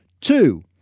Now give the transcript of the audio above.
Two